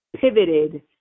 pivoted